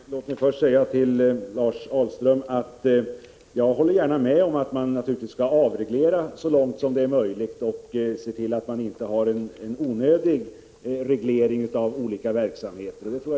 Herr talman! Låt mig först säga till Lars Ahlström att jag gärna håller med om att man naturligtvis skall avreglera så långt som möjligt och se till att inte ha en onödig reglering av olika verksamheter.